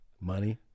Money